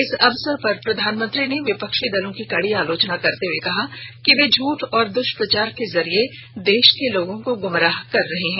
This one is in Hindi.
इस अवसर पर प्रधानमंत्री ने विपक्षी दलों की कड़ी आलोचना करते हुए कहा कि वे झूठ और दुष्प्रचार के जरिए देश के लोगों को गुमराह कर रहे हैं